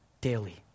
daily